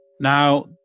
Now